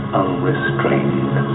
unrestrained